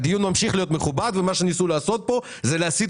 הדיון ממשיך להיות מכובד ומה שניסו לעשות פה זה להסית